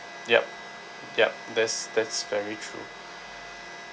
yup yup that's that's very true